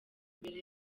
mbere